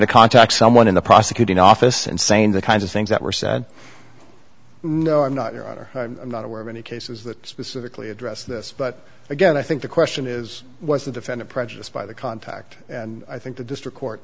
to contact someone in the prosecuting office and saying the kinds of things that were said no i'm not your honor i'm not aware of any cases that specifically address this but again i think the question is was the defendant prejudiced by the contact and i think the district court